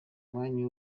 umwanya